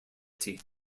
city